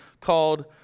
called